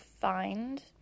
find